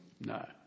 No